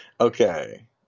Okay